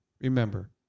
remember